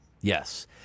Yes